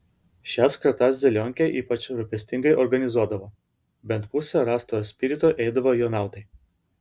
šias kratas zelionkė ypač rūpestingai organizuodavo bent pusė rastojo spirito eidavo jo naudai